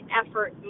effort